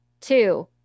Two